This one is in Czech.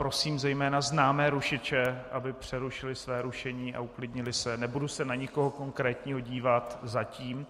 Prosím zejména známé rušiče, aby přerušili své rušení a uklidnili se, nebudu se na nikoho konkrétně dívat zatím.